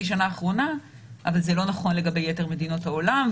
שנה האחרונה אבל זה לא נכון לגבי יתר מדינות העולם,